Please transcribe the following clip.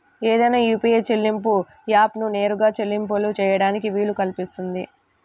ఏదైనా యూ.పీ.ఐ చెల్లింపు యాప్కు నేరుగా చెల్లింపులు చేయడానికి వీలు కల్పిస్తుంది